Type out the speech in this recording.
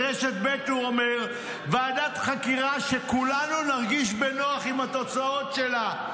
ברשת ב' הוא אומר: ועדת חקירה שכולנו נרגיש בנוח עם התוצאות שלה,